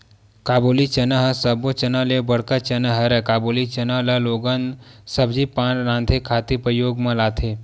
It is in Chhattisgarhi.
काबुली चना ह सब्बो चना ले बड़का चना हरय, काबुली चना ल लोगन सब्जी पान राँधे खातिर परियोग म लाथे